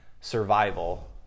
survival